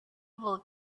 able